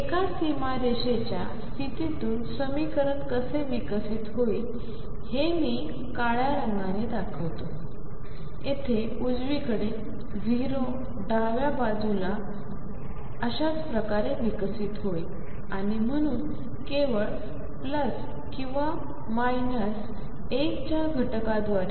एका सीमारेषेच्या स्थितीतून समीकरण कसे विकसित होईल हे मी काळ्या रंगात दाखवतो येथे उजवीकडे 0 डाव्या बाजूला त्याच प्रकारे विकसित होईल आणि म्हणून केवळ किंवा 1 च्या घटकाद्वारे